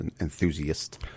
enthusiast